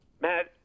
Matt